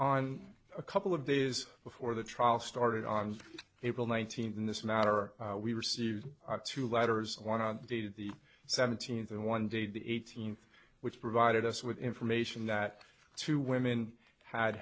on a couple of days before the trial started on april nineteenth in this matter we received two letters one on dated the seventeenth and one day the eighteenth which provided us with information that two women